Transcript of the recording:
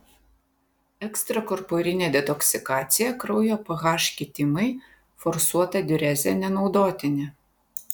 ekstrakorporinė detoksikacija kraujo ph kitimai forsuota diurezė nenaudotini